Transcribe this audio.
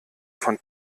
von